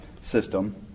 system